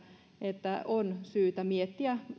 että on syytä miettiä